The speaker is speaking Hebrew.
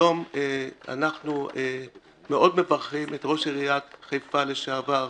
היום אנחנו מאוד מברכים את ראש עיריית חיפה לשעבר